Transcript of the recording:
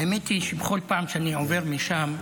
האמת היא שבכל פעם שאני עובר משם,